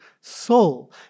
soul